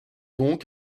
donc